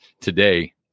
today